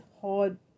hard